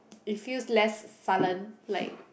it feels less sullen like